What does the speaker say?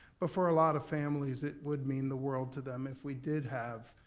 but for a lot of families, it would mean the world to them if we did have